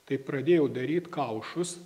tai pradėjau daryt kaušus